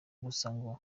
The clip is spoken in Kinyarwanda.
ngo